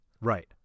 Right